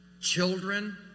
Children